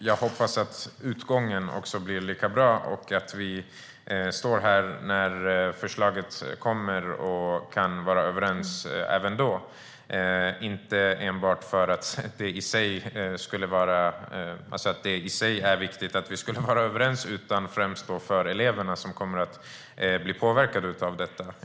Jag hoppas att utgången också blir lika bra och att vi står här när förslaget kommer och kan vara överens även då, inte enbart för att det i sig är viktigt att vi är överens utan främst för eleverna som kommer att bli påverkade av detta.